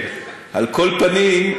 על כל פנים,